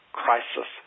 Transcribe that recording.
crisis